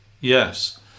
Yes